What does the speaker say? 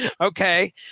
okay